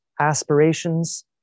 aspirations